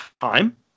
time